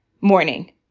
morning